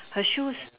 her shoes